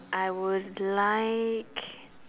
I would like